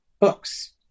books